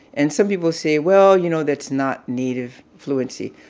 and some people say, well, you know, that's not native fluency.